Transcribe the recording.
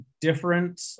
different